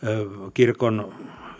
kirkon